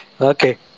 Okay